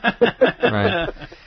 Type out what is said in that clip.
Right